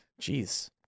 Jeez